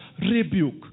rebuke